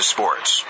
Sports